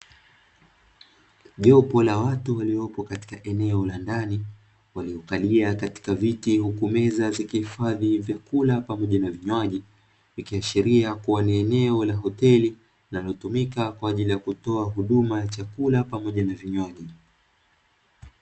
Jopo la watu waliopo katika eneo la ndani, waliokalia katika viti huku meza zikihifadhi vyakula pamoja na vinywaji. Ikiashiria kuwa ni eneo la hoteli, linalotumika kwa ajili ya kutoa huduma ya chakula pamoja na vinywaji.